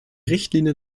richtlinie